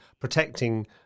protecting